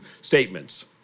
statements